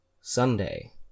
Sunday